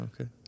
Okay